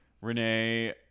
Renee